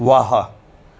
वाह